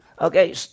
okay